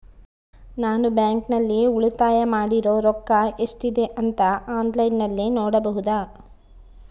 ನಾನು ಬ್ಯಾಂಕಿನಲ್ಲಿ ಉಳಿತಾಯ ಮಾಡಿರೋ ರೊಕ್ಕ ಎಷ್ಟಿದೆ ಅಂತಾ ಆನ್ಲೈನಿನಲ್ಲಿ ನೋಡಬಹುದಾ?